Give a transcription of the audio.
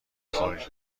خوریم